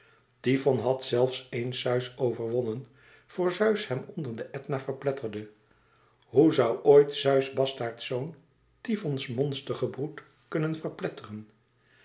tyfon had zelfs éens zeus overwonnen vor zeus hem onder den etna verpletterde hoe zoû ooit zeus bastaardzoon tyfons monstergebroed kunnen verpletteren